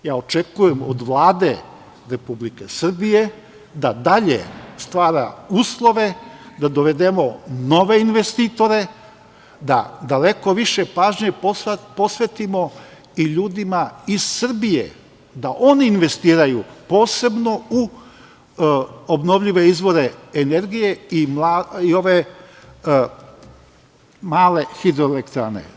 Ja očekujem od Vlade Republike Srbije da dalje stvara uslove da dovedemo nove investitore, da daleko više pažnje posvetimo i ljudima iz Srbije da oni investiraju, posebno u obnovljive izvore energije i ove male hidroelektrane.